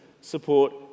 support